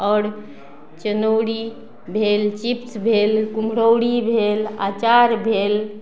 आओर चनौरी भेल चिप्स भेल कुम्हरौरी भेल आचार भेल